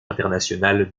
international